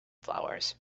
flowers